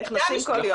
נכנסים כל יום.